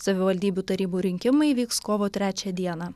savivaldybių tarybų rinkimai vyks kovo trečią dieną